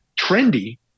trendy